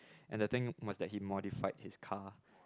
and the thing was that he modified his car